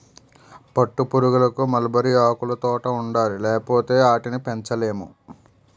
పట్టుపురుగులకు మల్బరీ ఆకులుతోట ఉండాలి లేపోతే ఆటిని పెంచలేము